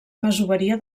masoveria